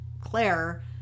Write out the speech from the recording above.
Claire